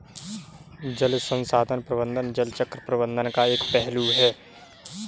जल संसाधन प्रबंधन जल चक्र प्रबंधन का एक पहलू है